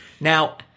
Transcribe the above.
Now